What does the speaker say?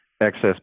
Excess